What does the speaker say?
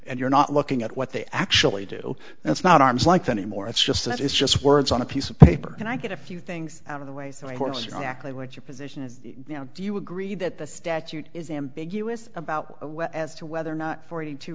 and you're not looking at what they actually do and it's not arm's length anymore it's just that it's just words on a piece of paper and i get a few things out of the way they want your position do you agree that the statute is ambiguous about as to whether or not forty two